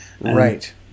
right